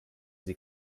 sie